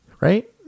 right